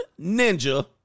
ninja